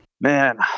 Man